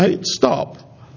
stop